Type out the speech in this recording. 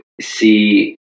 see